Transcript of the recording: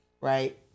right